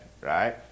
right